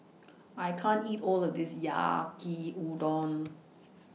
I can't eat All of This Yaki Udon